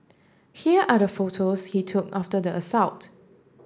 here are the photos he took after the assault